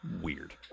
Weird